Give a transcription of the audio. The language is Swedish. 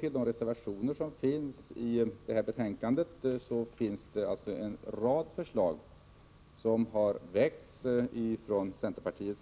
de reservationer som fogats till betänkandet se att det finns en rad förslag som väckts av centerpartister.